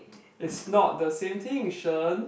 it's not the same thing Shen